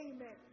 Amen